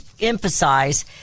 emphasize